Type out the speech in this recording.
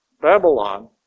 Babylon